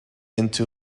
into